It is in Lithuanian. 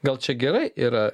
gal čia gerai yra